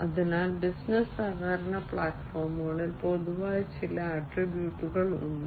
അതിനാൽ ബിസിനസ് സഹകരണ പ്ലാറ്റ്ഫോമുകളിൽ പൊതുവായ ചില ആട്രിബ്യൂട്ടുകൾ ഉണ്ട്